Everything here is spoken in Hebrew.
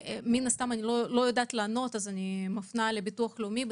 מן הסתם אני לא יודעת לענות להם על זה ואני מפנה לביטוח לאומי,